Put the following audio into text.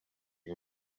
can